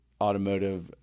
automotive